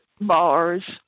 bars